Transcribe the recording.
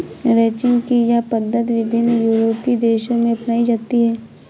ranching की यह पद्धति विभिन्न यूरोपीय देशों में अपनाई जाती है